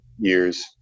years